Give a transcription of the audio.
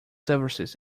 services